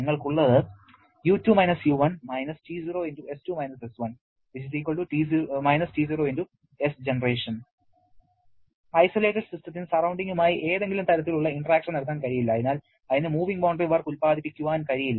നിങ്ങൾക്ക് ഉള്ളത് U2 - U1 - T0S2-S1 -T0 Sgen isolated സിസ്റ്റത്തിന് സറൌണ്ടിങ്ങുമായി ഏതെങ്കിലും തരത്തിലുള്ള ഇന്ററാക്ഷൻ നടത്താൻ കഴിയില്ല അതിനാൽ അതിന് മൂവിങ് ബൌണ്ടറി വർക്ക് ഉല്പാദിപ്പിക്കുവാൻ കഴിയില്ല